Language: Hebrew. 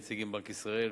נציגים מבנק ישראל,